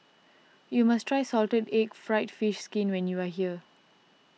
you must try Salted Egg Fried Fish Skin when you are here